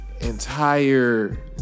entire